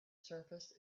surface